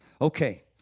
Okay